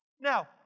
Now